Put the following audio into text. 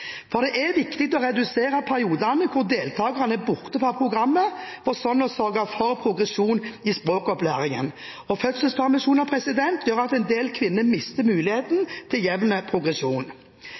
Det er viktig å redusere periodene hvor deltakerne er borte fra programmet, for sånn å sørge for progresjon i språkopplæringen, og fødselspermisjoner gjør at en del kvinner mister muligheten til jevn progresjon.